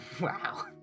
Wow